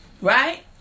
right